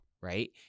Right